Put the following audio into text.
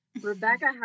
Rebecca